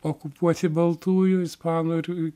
okupuoti baltųjų ispanų ir